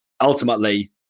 Ultimately